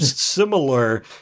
similar